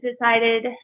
decided